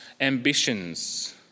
ambitions